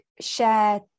share